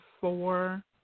four